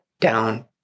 down